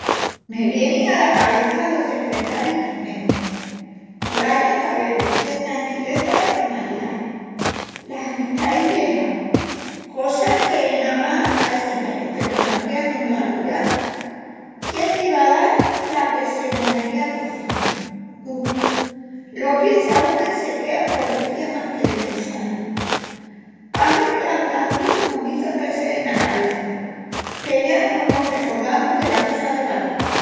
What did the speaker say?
Me vienin ala cabeça los despertaris primerus, l'añu caberu de tranquileza i normalidá, las amistais viejas… Cosas que namás ai seis añus peru que van queandu mu largu ya. Quién diva a dal la que se mos venía porcima? Bu, lo piensa una i se quea embobecía más que de pensá-lu. Pahi que l'andanciu mos hizu en reset ena cabeça que ya no mos recordamus delas cosas de patrás...